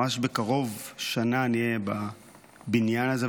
ממש בקרוב אני אהיה בבניין הזה שנה.